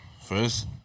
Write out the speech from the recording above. First